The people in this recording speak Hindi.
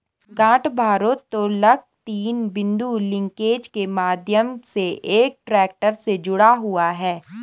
गांठ भारोत्तोलक तीन बिंदु लिंकेज के माध्यम से एक ट्रैक्टर से जुड़ा हुआ है